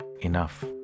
enough